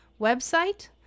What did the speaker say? website